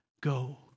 Go